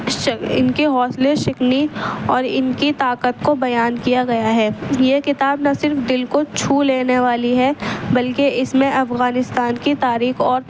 ان کے حوصلے شکنی اور ان کی طاقت کو بیان کیا گیا ہے یہ کتاب نہ صرف دل کو چھو لینے والی ہے بلکہ اس میں افغانستان کی تاریخ اور